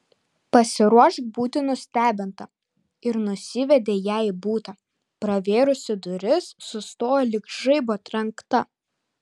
pasiruošk būti nustebinta ir nusivedė ją į butą pravėrusi duris sustojo lyg žaibo trenkta